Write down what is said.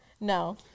no